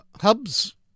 hubs